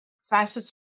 facets